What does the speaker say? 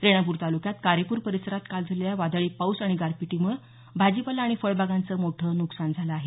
रेणापूर तालुक्यात कारेपूर परिसरात काल झालेल्या वादळी पाऊस आणि गारपीटीमुळे भाजीपाला आणि फळबागांचं मोठं नुकसान झाल आहे